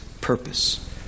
purpose